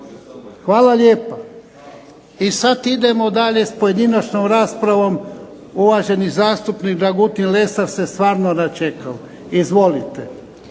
Hvala lijepa. I sad idemo dalje s pojedinačnom raspravom. Uvaženi zastupnik Dragutin Lesar se stvarno načekao. Izvolite.